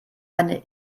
eine